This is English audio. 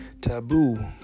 taboo